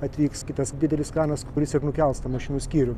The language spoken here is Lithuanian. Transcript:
atvyks kitas didelis kranas kuris ir nukels tą mašinų skyrių